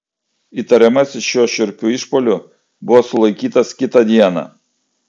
įtariamasis šiuo šiurpiu išpuoliu buvo sulaikytas kitą dieną